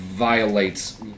Violates